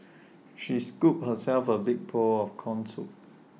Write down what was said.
she scooped herself A big pawl of Corn Soup